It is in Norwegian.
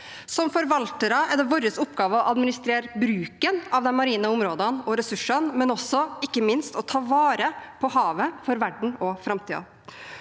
Som forvaltere er det vår oppgave å administrere bruken av de marine områdene og ressursene, men også ikke minst å ta vare på havet for verden og framtiden.